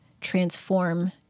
transform